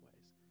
ways